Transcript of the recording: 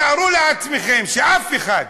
תארו לעצמכם שאף אחד,